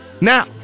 Now